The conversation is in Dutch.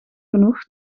genoeg